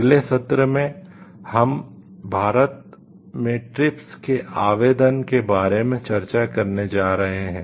अगले सत्र में हम भारत में ट्रिप्स के आवेदन के बारे में चर्चा करने जा रहे हैं